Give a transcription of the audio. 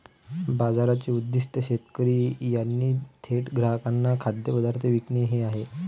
बाजाराचे उद्दीष्ट शेतकरी यांनी थेट ग्राहकांना खाद्यपदार्थ विकणे हे आहे